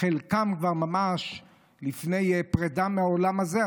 חלקם כבר ממש לפני פרידה מהעולם הזה,